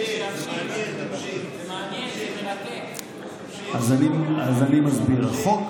אז אני מסביר, החוק